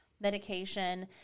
medication